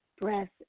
breath